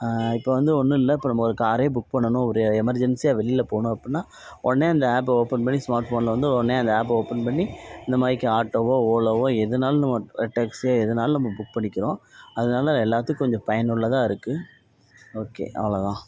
இப்போ வந்து ஒன்றும் இல்லை நம்ம காரே புக் பண்ணனும் ஒரு எமர்ஜென்ஸியாக வெளியில போகணும் அப்னா உடனே அந்த ஆப்பை ஓப்பன் பண்ணி ஸ்மார்ட் ஃபோன்ல வந்து உடனே அந்த ஆப் ஓப்பன் பண்ணி இந்தமாதிரிக்கி ஆட்டோவோ ஓலோவோ எதுனாலும் நம்ம டேக்ஸியோ எதுனாலும் நம்ம புக் பண்ணிக்கிறோம் அதனால எல்லாத்துக்கும் கொஞ்சம் பயனுள்ளதாக இருக்குது ஓகே அவ்வளதான்